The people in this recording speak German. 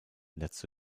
letzte